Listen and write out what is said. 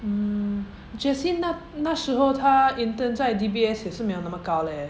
mm jasine 那那时候她 intern 在 D_B_S 也是没有那么高 leh